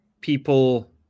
people